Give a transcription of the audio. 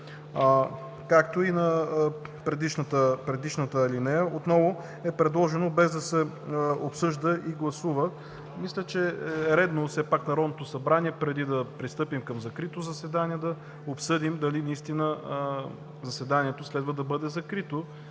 както и на предишната алинея отново е предложено „без да се обсъжда и гласува”. Мисля, че е редно все пак Народното събрание, преди да пристъпим към закрито заседание, да обсъдим дали наистина заседанието следва да бъде закрито.